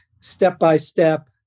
step-by-step